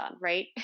Right